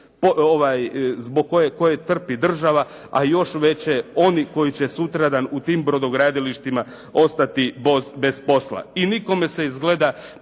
zbog koje trpi država a još veće oni koji će sutradan u tim brodogradilištima ostati bez posla. I nikome se izgleda